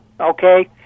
Okay